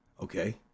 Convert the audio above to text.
Okay